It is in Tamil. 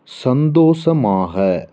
சந்தோஷமாக